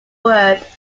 word